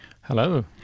Hello